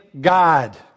God